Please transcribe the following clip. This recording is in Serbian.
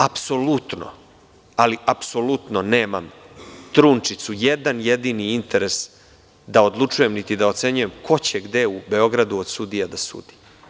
Apsolutno, ali apsolutno nemam trunčicu, jedan jedini interes, da odlučujem niti da ocenjujem ko će gde u Beogradu od sudija da sudi.